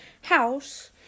house